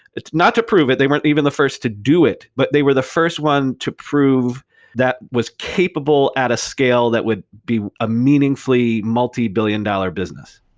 not to prove it. they weren't even the first to do it, but they were the first one to prove that was capable at a scale that would be a meaningfully multibillion-dollar business.